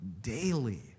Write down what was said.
daily